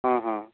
ହଁ ହଁ